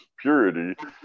Purity